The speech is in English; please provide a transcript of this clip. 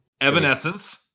Evanescence